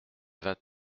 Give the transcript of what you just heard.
vingt